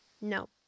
No